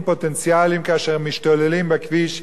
פוטנציאליים כאשר הם משתוללים בכביש.